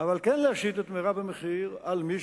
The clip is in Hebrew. אבל כן להשית את המחיר המרבי על מי